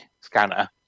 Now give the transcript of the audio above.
scanner